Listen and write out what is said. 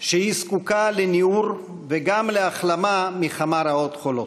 שהיא זקוקה לניעור וגם להחלמה מכמה רעות חולות.